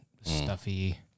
stuffy